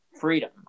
freedom